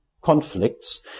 conflicts